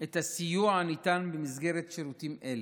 את הסיוע הניתן במסגרת שירותים אלה.